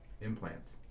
implants